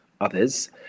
others